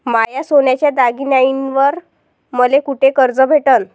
माया सोन्याच्या दागिन्यांइवर मले कुठे कर्ज भेटन?